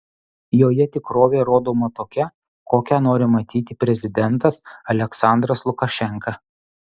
joje tikrovė rodoma tokia kokią nori matyti prezidentas aliaksandras lukašenka